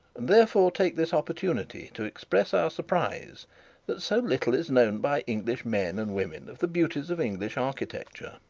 and therefore take this opportunity to express our surprise that so little is known by english men and women of the beauties of english architecture.